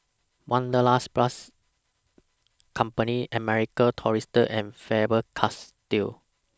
Wanderlust Plus Company American Tourister and Faber Castell